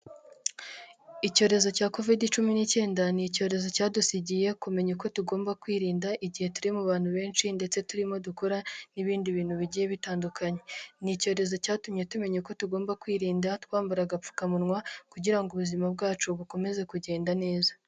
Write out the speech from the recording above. Icyorezo cya covide cumi n'icyenda, ni icyorezo cyadusigiye kumenya uko tugomba kwirinda igihe turi mu bantu benshi ndetse turimo dukora n'ibindi bintu bigiye bitandukanye. Ni icyorezo cyatumye tumenya uko tugomba kwirinda twambara agapfukamunwa, kugira ngo ubuzima bwacu bukomeze kugenda neza.